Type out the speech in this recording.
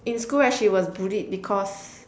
in school right she was bullied because